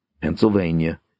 Pennsylvania